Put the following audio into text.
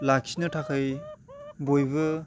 लाखिनो थाखाय बयबो